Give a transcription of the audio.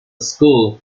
school